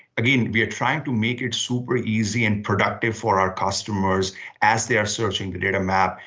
again, we're trying to make it super easy and productive for our costumers as they're searching the data map,